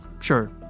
sure